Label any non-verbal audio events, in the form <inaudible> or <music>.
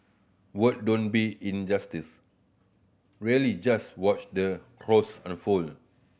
word don't be in justice really just watch the <unintelligible> unfold